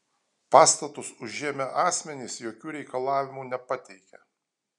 pastatus užėmę asmenys jokių reikalavimų nepateikė